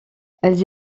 elles